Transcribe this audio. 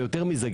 ויותר מזה,